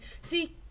see